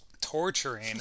torturing